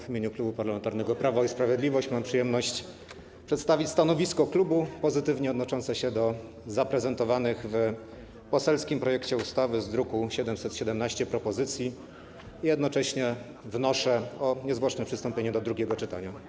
W imieniu Klubu Parlamentarnego Prawo i Sprawiedliwość mam przyjemność przedstawić stanowisko klubu pozytywnie odnoszące się do propozycji zaprezentowanych w poselskim projekcie ustawy z druku nr 717 i jednocześnie wnoszę o niezwłoczne przystąpienie do drugiego czytania.